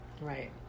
Right